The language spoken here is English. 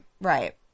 Right